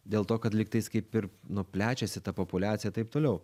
dėl to kad lygtais kaip ir nu plečiasi ta populiacija ir taip toliau